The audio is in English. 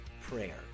Prayer